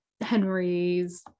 Henry's